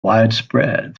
widespread